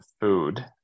food